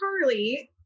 Carly